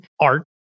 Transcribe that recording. Art